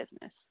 business